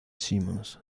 simmons